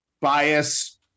bias